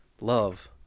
love